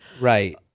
Right